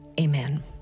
amen